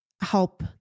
help